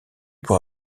pour